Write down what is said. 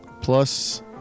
plus